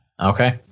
Okay